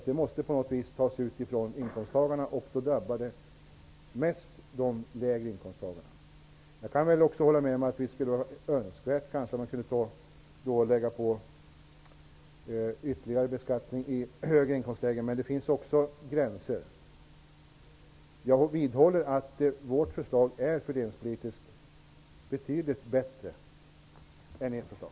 Det måste på något vis tas ut från inkomsttagarna, och då drabbar det mest dem med lägre inkomster. Jag kan hålla med om att det skulle vara önskvärt om man kunde lägga på ytterligare beskattning i de högre inkomstlägena, men det finns också gränser. Jag vidhåller att vårt förslag fördelningspolitiskt sett är betydligt bättre än ert förslag.